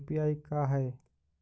UPI का है?